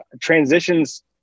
transitions